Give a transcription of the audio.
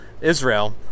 Israel